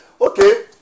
okay